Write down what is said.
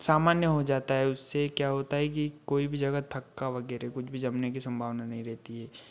सामान्य हो जाता है उससे क्या होता है कि कोई भी जगह थक्का वगैरह कुछ भी जमने की संभावना नहीं रहती है